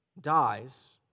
dies